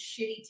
shitty